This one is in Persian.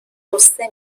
غصه